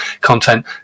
content